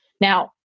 Now